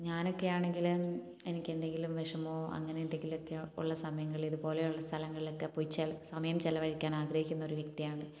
ഞാനൊക്കെയാണെങ്കിൽ എനിക്ക് എന്തെങ്കിലും വിഷമമോ അങ്ങനെ എന്തെങ്കിലും ഒക്കെ ഉള്ള സമയങ്ങളിൽ ഇതുപോലെയുള്ള സ്ഥലങ്ങളിലൊക്കെ പോയി ചില സമയം ചിലവഴിക്കാൻ ആഗ്രഹിക്കുന്ന ഒരു വ്യക്തിയാണ്